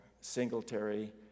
Singletary